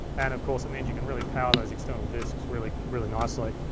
and of course, it means you can really power those external disks really really nicely.